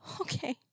okay